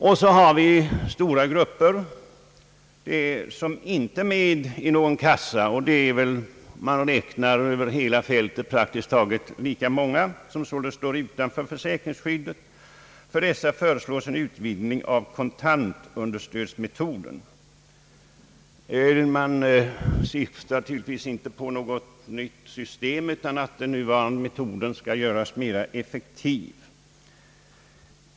Dessutom har vi ju stora grupper som inte är med i någon kassa. Om man räknar över hela fältet, är det väl praktiskt taget lika många som står utanför försäkringsskyddet som de som omfattas därav. För dessa föreslås en utvidgning av kontantunderstödsmetoden. Man syftar i direktiven inte till något nytt system utan till att den nuvarande metoden skall göras mer effektiv.